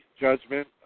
judgment